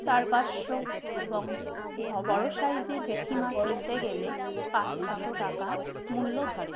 চার পাঁচশো এবং বড়ো সাইজের ভেটকি মাছ কিনতে গেলে পাঁচ ছশো টাকা মূল্য ধরে